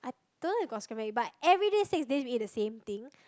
don't know if got so many but every day six days we eat the same thing